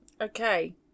Okay